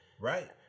Right